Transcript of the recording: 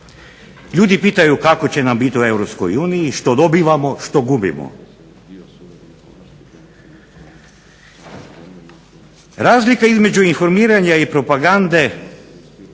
Ljudi pitaju kako će nam biti u europskoj uniji što dobivamo što gubimo? Razlika između informiranja i propagande,